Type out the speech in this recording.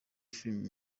filimi